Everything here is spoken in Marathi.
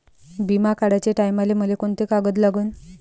बिमा काढाचे टायमाले मले कोंते कागद लागन?